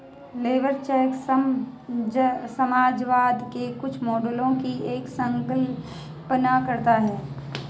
labour cheque समाजवाद के कुछ मॉडलों की एक संकल्पना है